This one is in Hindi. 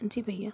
जी भय्या